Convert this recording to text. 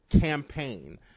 campaign